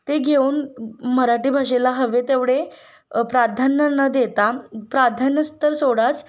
ते घेऊन मराठी भाषेला हवे तेवढे प्राधान्य न देता प्राधान्य तर सोडाच